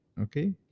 Okay